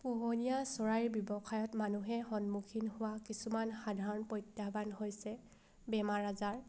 পোহনীয়া চৰাই ব্যৱসায়ত মানুহে সন্মুখীন হোৱা কিছুমান সাধাৰণ প্ৰত্যাহ্বান হৈছে বেমাৰ আজাৰ